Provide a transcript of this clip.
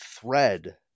thread